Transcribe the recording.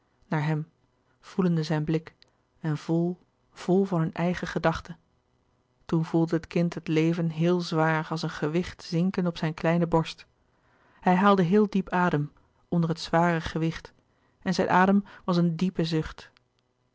naar hem voelende zijn blik en vol vol van hunne eigene gedachten toen voelde het kind het leven heel zwaar als een gewicht zinken op zijn kleine borst hij haalde heel diep adem onder het zware gewicht en zijn adem was een diepe zucht